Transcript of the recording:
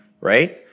right